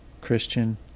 Christian